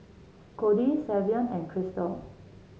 Codie Savion and Christel